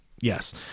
Yes